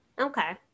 Okay